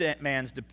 man's